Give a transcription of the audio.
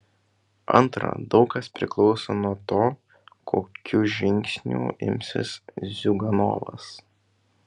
antra daug kas priklauso nuo to kokių žingsnių imsis ziuganovas